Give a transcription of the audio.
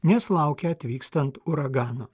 nes laukia atvykstant uragano